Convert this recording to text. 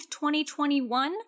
2021